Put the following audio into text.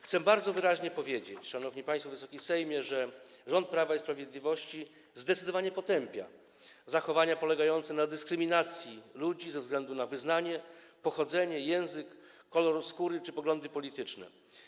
Chcę bardzo wyraźnie powiedzieć, szanowni państwo, Wysoki Sejmie, że rząd Prawa i Sprawiedliwości zdecydowanie potępia zachowania polegające na dyskryminacji ludzi ze względu na wyznanie, pochodzenie, język, kolor skóry czy poglądy polityczne.